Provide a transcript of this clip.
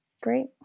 great